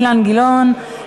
אילן גילאון,